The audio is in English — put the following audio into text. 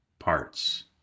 Parts